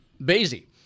Basie